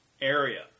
area